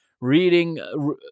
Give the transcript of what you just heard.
reading